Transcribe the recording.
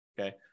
okay